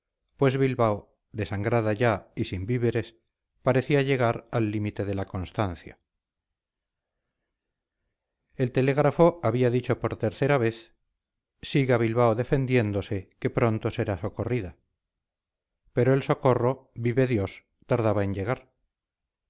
pues bilbao desangrada ya y sin víveres parecía llegar al límite de la constancia el telégrafo había dicho por tercera vez siga bilbao defendiéndose que pronto será socorrida pero el socorro vive dios tardaba en llegar